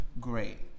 Great